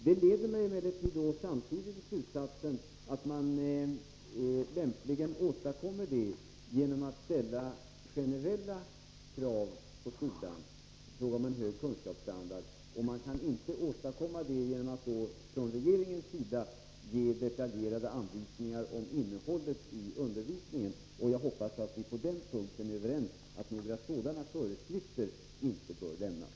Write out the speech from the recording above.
Det leder mig emellertid samtidigt till slutsatsen att man lämpligen åstadkommer detta genom att ställa generella krav på skolan i fråga om en hög kunskapsstandard. Man kan inte åstadkomma det genom att från regeringens sida ge detaljerade anvisningar om innehållet i undervisningen. Jag hoppas att vi på den punkten är överens om att några sådana föreskrifter inte bör lämnas.